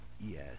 Yes